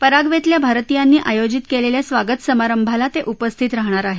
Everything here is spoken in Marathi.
पराग्वेतल्या भारतियांनी आयोजित केलेल्या स्वागत समारंभाला ते उपस्थित राहणार आहेत